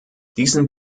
diesen